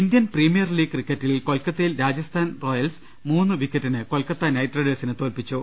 Indian Premier League ക്രിക്കറ്റിൽ കൊൽക്കത്തയിൽ Rajasthan Royals മൂന്ന് വിക്കറ്റിന് കൊൽക്കത്ത നൈറ്റ് റൈഡേ ഴ്സിനെ തോൽപ്പിച്ചു